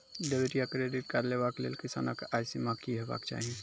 Debit या credit card लेवाक लेल किसानक आय सीमा की हेवाक चाही?